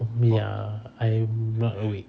oh ya I'm not awake